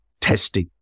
testing